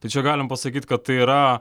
tai čia galim pasakyt kad tai yra